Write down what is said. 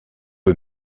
eux